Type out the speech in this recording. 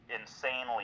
insanely